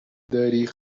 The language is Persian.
داری